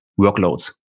workloads